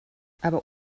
aber